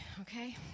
okay